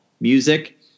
music